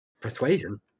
Persuasion